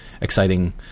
exciting